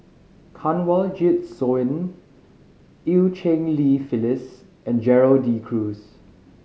Kanwaljit Soin Eu Cheng Li Phyllis and Gerald De Cruz